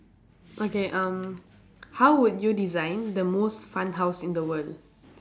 okay um how would you design the most fun house in the world